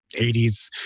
80s